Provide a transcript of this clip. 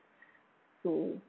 so